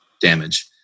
damage